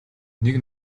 нэг